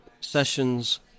Sessions